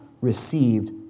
received